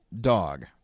dog